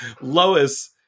Lois